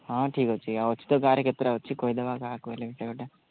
ହଁ ଠିକ୍ ଅଛି ଆଉ ଅଛି ତ ଗାଁ'ରେ କେତେଟା ଅଛି କହିଦେବା ଗାଁ କହିଲେ